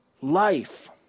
life